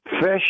Fish